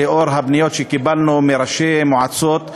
לנוכח הפניות שקיבלנו מראשי מועצות,